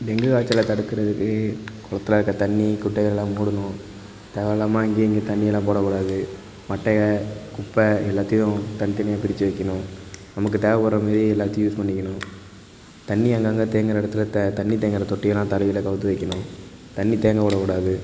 dengue காய்ச்சலை தடுக்கிறதுக்கு குளத்துல இருக்க தண்ணி குட்டைகளெல்லாம் மூடணும் தேவையில்லாம அங்கேயும் இங்கேயும் தண்ணியெல்லாம் போடக்கூடாது மட்டையை குப்பை எல்லாத்தையும் தனித்தனியாக பிரித்து வைக்கணும் நமக்கு தேவைப்படுறமேரி எல்லாத்தையும் யூஸ் பண்ணிக்கணும் தண்ணிர் அங்கங்கே தேங்குகிற இடத்துல த தண்ணிர் தேங்குகிற தொட்டியெல்லாம் தலகீழா கவுத்து வைக்கணும் தண்ணிர் தேங்க விடக்கூடாது